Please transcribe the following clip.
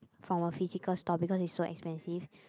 from a physical store because it's so expensive